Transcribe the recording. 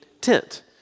tent